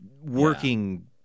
working